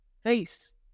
face